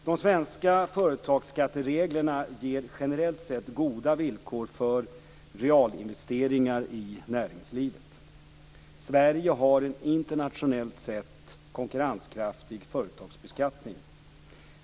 De svenska företagsskattereglerna ger generellt sett goda villkor för realinvesteringar i näringslivet. Sverige har en internationellt sett konkurrenskraftig företagsbeskattning.